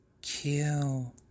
kill